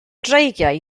dreigiau